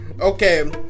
Okay